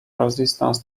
resistant